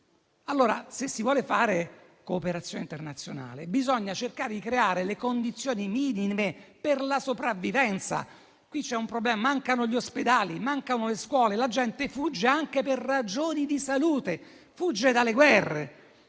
terre. Se si vuole fare cooperazione internazionale, bisogna cercare di creare le condizioni minime per la sopravvivenza. Qui c'è un problema: mancano gli ospedali e le scuole, la gente fugge anche per ragioni di salute e dalle guerre.